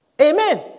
Amen